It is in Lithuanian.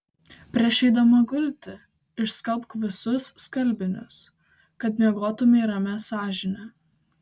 prieš eidama gulti išskalbk visus skalbinius kad miegotumei ramia sąžine